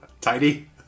Tidy